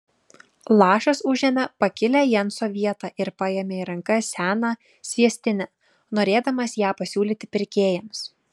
lašas užėmė pakilią jenso vietą ir paėmė į rankas seną sviestinę norėdamas ją pasiūlyti pirkėjams